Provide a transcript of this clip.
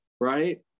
right